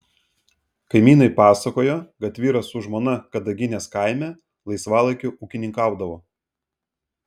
kaimynai pasakojo kad vyras su žmona kadaginės kaime laisvalaikiu ūkininkaudavo